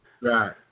Right